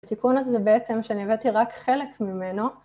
התיקון הזה בעצם שאני הבאתי רק חלק ממנו